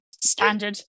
Standard